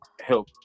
help